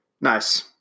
Nice